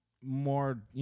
More